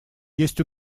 есть